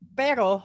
pero